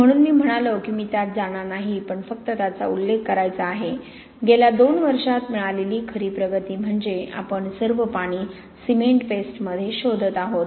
म्हणून मी म्हणालो की मी त्यात जाणार नाही पण फक्त त्याचा उल्लेख करायचा आहे गेल्या दोन वर्षात मिळालेली खरी प्रगती म्हणजे आपण सर्व पाणी सिमेंट पेस्टमध्ये शोधत आहोत